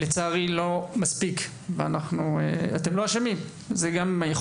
לצערי זה לא מספיק, אבל זו לא אשמתכם.